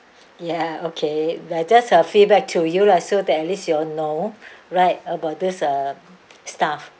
ya okay but just a feedback to you lah so that at least you all know right about this uh stuff